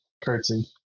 curtsy